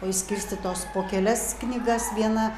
o išskirstytos po kelias knygas viena